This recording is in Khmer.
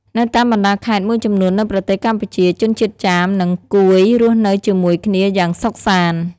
នៅតាមបណ្តាខេត្តមួយចំនួននៅប្រទេសកម្ពុជា ជនជាតិចាម និង កួយរស់នៅជាមួយគ្នាយ៉ាងសុខសាន្ត។